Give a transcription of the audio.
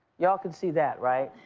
you all can see that, right?